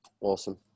Awesome